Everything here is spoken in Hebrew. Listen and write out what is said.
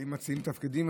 לי מציעים תפקידים,